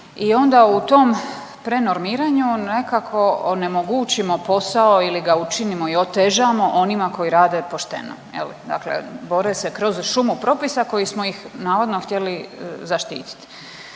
i onda u tom prenormiranju nekako onemogućimo posao ili ga učinimo i otežamo onima koji rade pošteno je li. Dakle, bore se kroz šumu propisa koji smo ih navodno htjeli zaštiti.